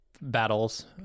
battles